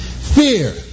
Fear